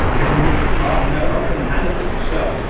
can you? god, no. not singlehandedly for sure.